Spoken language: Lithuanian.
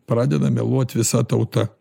pradeda meluot visa tauta